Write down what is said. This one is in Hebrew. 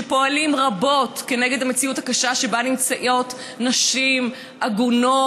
שפועלים רבות נגד המציאות הקשה שבה נמצאות נשים עגונות,